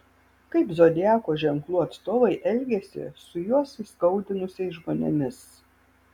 kaip zodiako ženklų atstovai elgiasi su juos įskaudinusiais žmonėmis